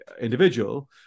individual